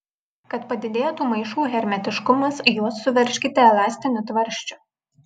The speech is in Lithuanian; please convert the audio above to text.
kad padidėtų maišų hermetiškumas juos suveržkite elastiniu tvarsčiu